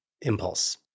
impulse